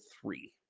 three